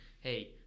hey